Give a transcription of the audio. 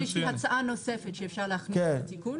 יש לי הצעה נוספת שאפשר להכניס לתיקון.